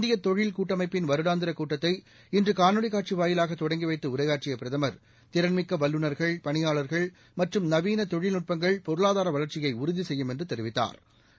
இந்திய தொழில் கூட்டமைப்பின் வருடாந்திர கூட்டத்தை இன்று காணொலி காட்சி வாயிலாக தொடங்கி வைத்து உரையாற்றிய பிரதமா் திறன்மிக்க வல்லுநா்கள் பணியாளா்கள் மற்றும் நவீன தொழில்நுட்பங்கள் பொருளாதார வள்ச்சியை உறுதி செய்யும் என்றும் தெரிவித்தாா்